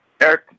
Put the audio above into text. Eric